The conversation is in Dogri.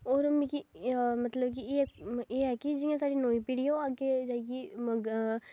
होर मिगी मतलब कि एह् ऐ कि जि'यां साढ़ी नमीं पीढ़ी ऐ ओह् अग्गें जाइयै